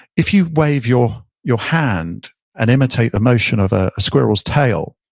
if you wave your your hand and imitate the motion of a squirrel's tail,